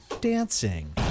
dancing